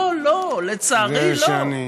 לא, לא, לצערי לא.